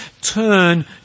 Turn